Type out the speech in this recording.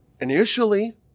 initially